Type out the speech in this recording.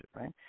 right